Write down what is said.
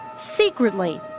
secretly